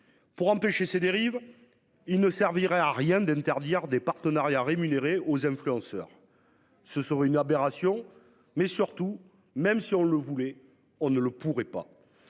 Pour empêcher ces dérives. Il ne servirait à rien d'interdire des partenariats rémunérés aux influenceurs, ce serait une aberration mais surtout même si on le voulait. On ne le pourrait pas.